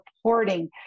supporting